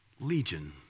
Legion